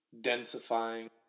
Densifying